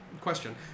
question